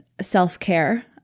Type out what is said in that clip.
self-care